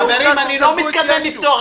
חברים, אני לא מתכוון לפתוח.